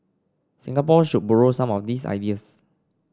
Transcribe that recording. Singapore should borrow some of these ideas